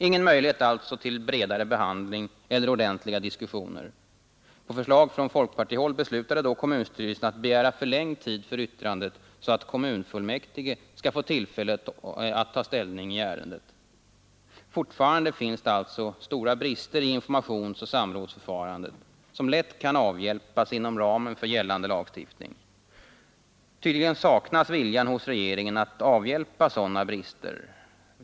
Ingen möjlighet alltså till bredare behandling eller ordentliga diskussioner. På förslag från folkpartihåll beslutade då kommunstyrelsen att begära förlängd tid för yttrandet så att kommunfullmäktige skall få tillfälle att ta ställning i ärendet. Fortfarande finns det allså stora brister i informationsoch samrådsförfarandet, som lätt kan avhjälpas inom ramen för gällande lagstiftning. Tydligen saknas viljan hos regeringen att avhjälpa sådana brister.